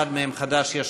אחד מהם חדש-ישן,